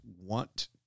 want